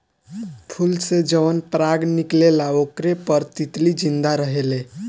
फूल से जवन पराग निकलेला ओकरे पर तितली जिंदा रहेले